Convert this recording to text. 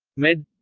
med.